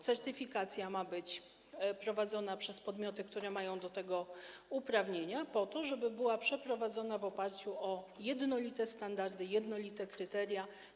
Certyfikacja ma być prowadzona przez podmioty, które mają do tego uprawnienia, po to żeby była przeprowadzana w oparciu o jednolite standardy i jednolite kryteria.